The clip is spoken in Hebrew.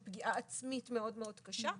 של פגיעה עצמית קשה מאוד.